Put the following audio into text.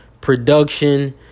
production